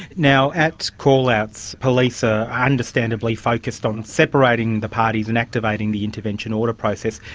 now, at callouts, police ah are understandably focused on separating the parties and activating the intervention order process.